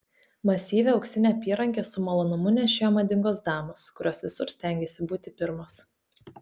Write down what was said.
masyvią auksinę apyrankę su malonumu nešioja madingos damos kurios visur stengiasi būti pirmos